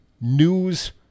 news